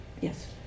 Yes